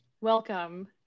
Welcome